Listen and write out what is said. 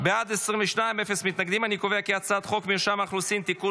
להעביר את הצעת חוק מרשם האוכלוסין (תיקון